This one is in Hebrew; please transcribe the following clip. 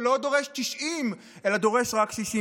שלא דורש 90 אלא דורש רק 61?